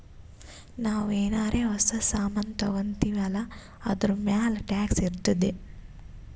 ನಾವು ಏನಾರೇ ಹೊಸ ಸಾಮಾನ್ ತಗೊತ್ತಿವ್ ಅಲ್ಲಾ ಅದೂರ್ಮ್ಯಾಲ್ ಟ್ಯಾಕ್ಸ್ ಇರ್ತುದೆ